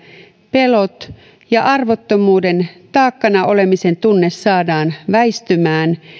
pelot arvottomuuden ja taakkana olemisen tunne saadaan väistymään